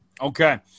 Okay